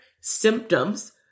symptoms